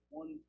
one